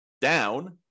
down